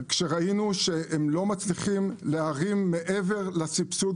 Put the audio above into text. וכשראינו שהם לא מצליחים להרים מעבר לסבסוד,